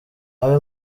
abe